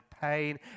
pain